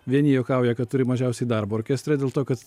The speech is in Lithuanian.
vieni juokauja kad turi mažiausiai darbo orkestre dėl to kad